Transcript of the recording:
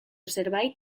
zerbait